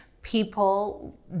People